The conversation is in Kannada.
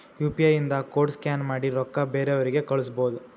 ಯು ಪಿ ಐ ಇಂದ ಕೋಡ್ ಸ್ಕ್ಯಾನ್ ಮಾಡಿ ರೊಕ್ಕಾ ಬೇರೆಯವ್ರಿಗಿ ಕಳುಸ್ಬೋದ್